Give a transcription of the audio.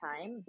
time